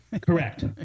correct